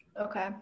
Okay